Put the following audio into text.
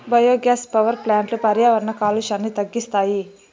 biogas power ప్లాంట్లు పర్యావరణ కాలుష్యాన్ని తగ్గిస్తాయి